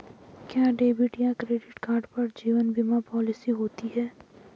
क्या डेबिट या credit card पर जीवन बीमा पॉलिसी होती है?